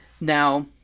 Now